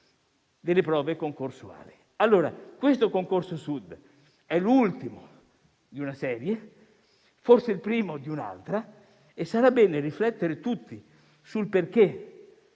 delle prove concorsuali. Questo concorso Sud è l'ultimo di una serie, forse il primo di un'altra, e sarà bene riflettere tutti sul perché,